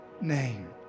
name